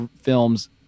films